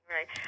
Right